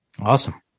Awesome